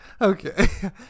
Okay